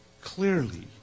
clearly